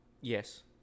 Yes